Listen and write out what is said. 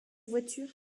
voiture